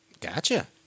Gotcha